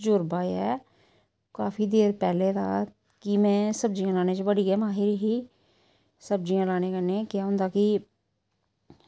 तजुर्बा ऐ काफी देर पैह्लें दा कि में सब्जियां लाने च बड़ी गै माहिर ही सब्ज़ियां लाने कन्नै केह् होंदा कि